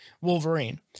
Wolverine